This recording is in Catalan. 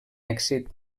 èxit